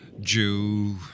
Jew